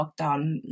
lockdown